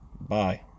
Bye